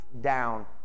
down